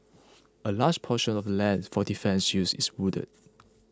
a large proportion of lands for defence use is wooded